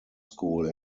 school